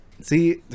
See